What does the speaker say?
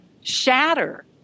shatter